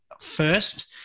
first